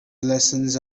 lessons